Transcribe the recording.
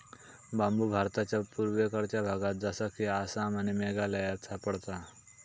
बांबु भारताच्या पुर्वेकडच्या भागात जसा कि आसाम आणि मेघालयात सापडता